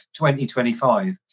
2025